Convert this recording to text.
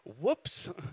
Whoops